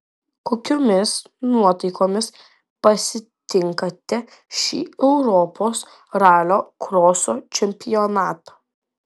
kokiomis nuotaikomis pasitinkate šį europos ralio kroso čempionatą